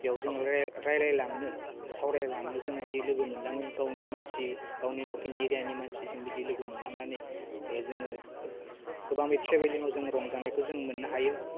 बेयाव जोंङो राय रायलायलांनो सावरायलाङो जोङो बिदि लोगो मोनलाङो गावनि मानसि गावनि लकेल एरियानि मानसि जों बिदि लोगो मोनलांनानै जोङो गोबां बे ट्रेबिलिङाव जोङो रंजानायखौ जों मोन्नो हायो